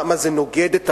מה, זה נוגד את הדת?